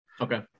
okay